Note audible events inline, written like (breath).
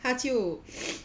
他就 (breath)